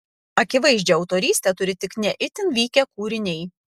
akivaizdžią autorystę turi tik ne itin vykę kūriniai